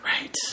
right